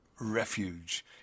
refuge